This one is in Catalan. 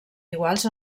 iguals